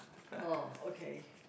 oh okay